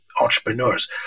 entrepreneurs